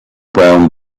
brown